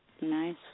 Nice